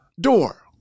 door